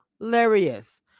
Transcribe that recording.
hilarious